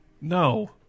No